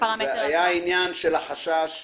זה היה עניין של החשש